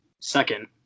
Second